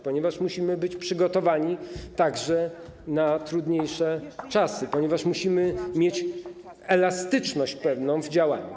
Ponieważ musimy być przygotowani także na trudniejsze czasy, ponieważ musimy mieć pewną elastyczność w działaniu.